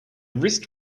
wrist